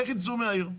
איך יצאו מהעיר?